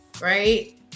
right